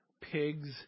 pigs